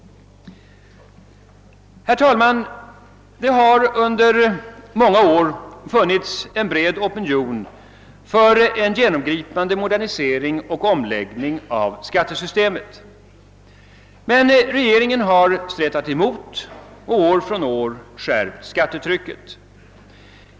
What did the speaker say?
Herr talman! Det har under många år funnits en bred opinion för en genomgripande modernisering och omläggning av skattesystemet, men regeringen har stretat emot och år från år skärpt skattetrycket.